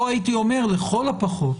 או הייתי אומר לכל הפחות,